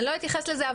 אני לא אתייחס לזה,